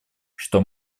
что